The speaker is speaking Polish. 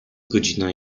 godzina